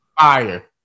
Fire